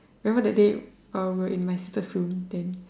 remember that day uh we were in my sister's room then